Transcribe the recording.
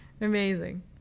Amazing